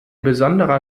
besonderer